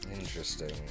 Interesting